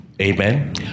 Amen